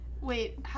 Wait